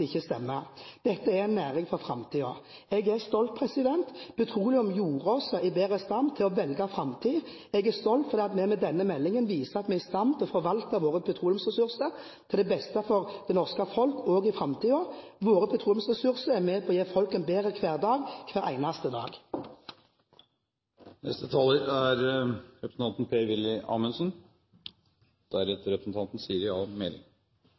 ikke stemmer. Dette er en næring for framtiden. Jeg er stolt. Petroleum gjorde oss i bedre stand til å velge framtid. Jeg er stolt fordi vi med denne meldingen viser at vi er i stand til å forvalte våre petroleumsressurser til det beste for det norske folk også i framtiden. Våre petroleumsressurser er med på å gi folk en bedre hverdag – hver eneste dag. Jeg er